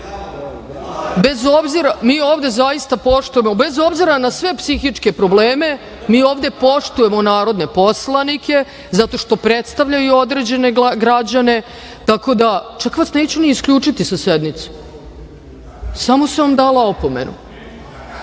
bez obzira na sve psihičke probleme, mi ovde poštujemo narodne poslanike, zato što predstavljaju određene građane, tako da, čak vas neću ni isključiti sa sednice. Samo sam vam dala opomenu,